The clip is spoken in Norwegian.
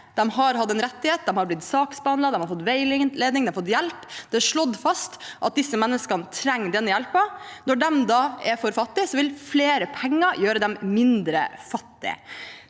de har hatt en rettighet, de har blitt saksbehandlet, de har fått veiledning og hjelp, og det er slått fast at disse menneskene trenger den hjelpen – er for fattige, og at flere penger vil gjøre dem mindre fattige.